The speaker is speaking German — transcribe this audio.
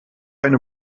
eine